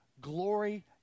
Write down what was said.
glory